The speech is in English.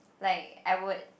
like I would